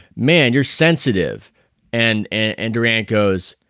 man, you're sensitive and and durang goes,